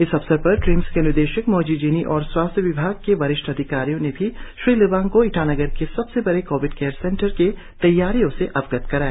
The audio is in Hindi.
इस अवसर पर ट्रिम्स के निदेशक मोजी जिनी और स्वास्थ्य विभाग के वरिष्ठ अधिकारियों ने श्री लिबांग को ईटानगर के सबसे बड़े कोविड केयर सेंटर के तैयारियों से अवगत कराया